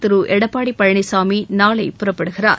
திரு எடப்பாடி பழனிசாமி நாளை புறப்படுகிறார்